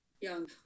young